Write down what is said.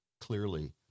Clearly